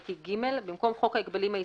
62א(ג), במקום "חוק ההגבלים העסקיים,